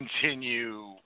continue